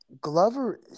Glover